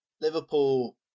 Liverpool